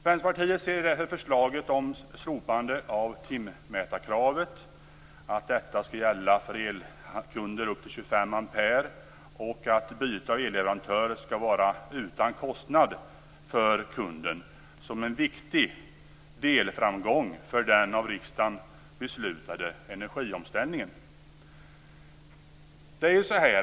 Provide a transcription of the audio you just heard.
Vänsterpartiet ser därför förslaget om slopande av timmmätarkravet, att detta skall gälla för elkunder upp till 25 ampere och att byte av elleverantör skall vara utan kostnad för kunden som en viktig delframgång för den av riksdagen beslutade energiomställningen.